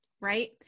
right